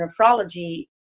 nephrology